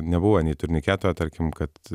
nebuvo nei turniketo tarkim kad